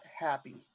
happy